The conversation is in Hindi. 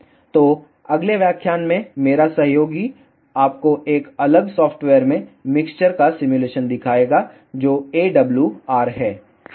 तो अगले व्याख्यान में मेरा सहयोगी आपको एक अलग सॉफ़्टवेयर में मिक्सर का सिमुलेशन दिखाएगा जो AWR है